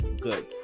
good